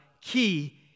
key